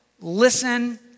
listen